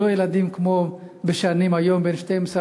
היום ילדים בני 12,